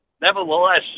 Nevertheless